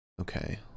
Okay